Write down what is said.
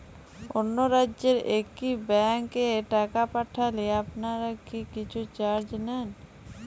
অন্য রাজ্যের একি ব্যাংক এ টাকা পাঠালে আপনারা কী কিছু চার্জ নেন?